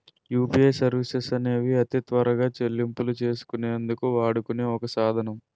UPI services అనేవి అతి త్వరగా చెల్లింపులు చేసుకునే అందుకు వాడుకునే ఒక సాధనం